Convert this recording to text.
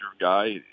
guy